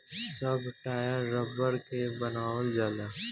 सब टायर रबड़ के बनावल जाला